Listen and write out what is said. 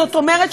זאת אומרת,